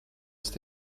ist